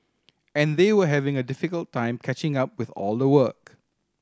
and they were having a difficult time catching up with all the work